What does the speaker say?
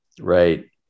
Right